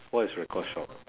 what is record shop